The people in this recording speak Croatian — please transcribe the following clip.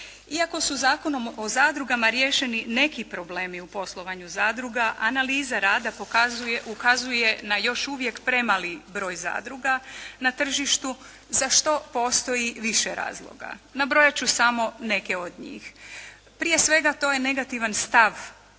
Iako su Zakonom o zadrugama riješeni neki problemi u poslovanju zadruga analiza rada ukazuje na još uvijek premali broj zadruga na tržištu za što postoji više razloga. Nabrojat ću samo neke od njih. Prije svega, to je negativan stav